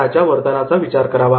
स्वतःच्या वर्तनाचा विचार करावा